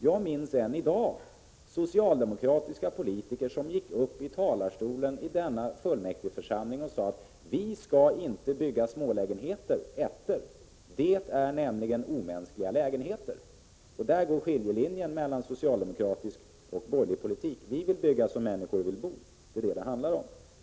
Jag minns än i dag socialdemokratiska politiker som gick upp i talarstolen i fullmäktigeförsamlingen och sade att man inte skulle bygga smålägenheter — ”ettor” — eftersom det är omänskliga lägenheter. Där går skiljelinjen mellan socialdemokratisk och borgerlig politik. Vi vill bygga sådana lägenheter som människor vill bo i. Det är det som det handlar om.